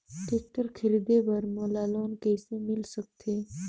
Tractor खरीदे बर मोला लोन कइसे मिल सकथे?